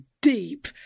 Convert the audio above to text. deep